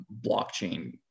blockchain